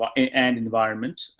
um and environment.